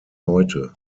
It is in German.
heute